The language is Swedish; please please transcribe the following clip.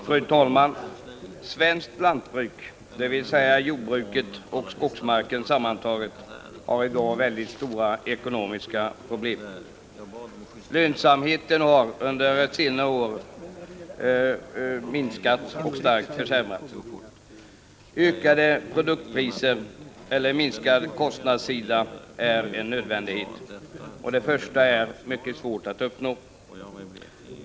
Fru talman! Svenskt lantbruk, dvs. jordbruket och skogsbruket sammantagna, har i dag mycket stora ekonomiska problem. Lönsamheten har under senare år minskat och starkt försämrats. Ökade produktpriser eller minskningar på kostnadssidan är en nödvändighet. Det första är mycket svårt att uppnå.